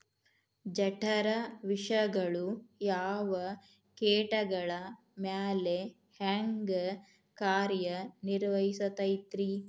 ಜಠರ ವಿಷಗಳು ಯಾವ ಕೇಟಗಳ ಮ್ಯಾಲೆ ಹ್ಯಾಂಗ ಕಾರ್ಯ ನಿರ್ವಹಿಸತೈತ್ರಿ?